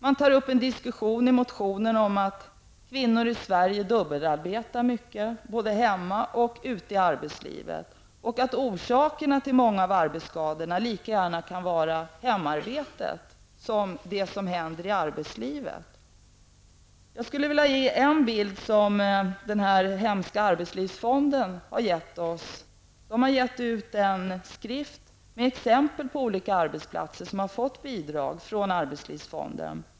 Man tar i sina motioner upp en diskussion om att kvinnor i Sverige dubbelarbetar mycket, både hemma och i arbetslivet, och att orsakerna till många av arbetsskadorna lika gärna kan vara hemarbetet som det som händer i arbetslivet. Jag skulle vilja peka på en bild som den hemska arbetslivsfonden gett oss. Den har gett ut en skrift med exempel på olika arbetsplatser som har fått bidrag från arbetslivsfonden.